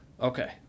okay